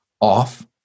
off